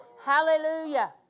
Hallelujah